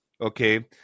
Okay